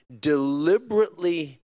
deliberately